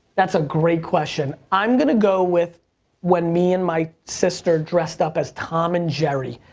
that's a great question. i'm gonna go with when me and my sister dressed up as tom and jerry.